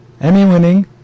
Emmy-winning